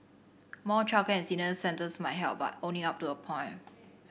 more childcare and senior centres might help but only up to a point